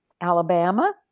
Alabama